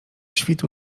świtu